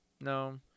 no